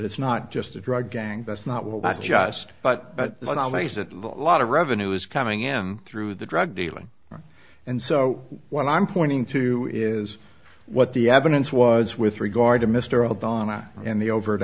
it's not just a drug gang that's not well that's just but what i waste a lot of revenue is coming in through the drug dealing and so what i'm pointing to is what the evidence was with regard to mr all donna and the overt